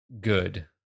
Good